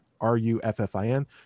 R-U-F-F-I-N